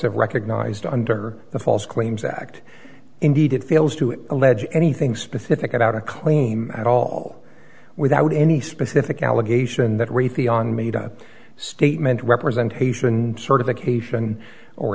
have recognized under the false claims act indeed it fails to allege anything specific about a claim at all without any specific allegation that raytheon made a statement representation sort of occasion or